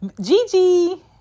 Gigi